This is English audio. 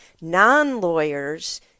non-lawyers